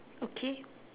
okay